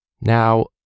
Now